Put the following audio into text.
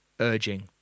Urging